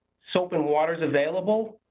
soap and water is available,